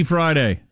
Friday